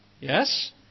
Yes